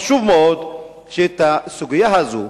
חשוב מאוד שהסוגיה הזאת,